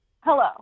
hello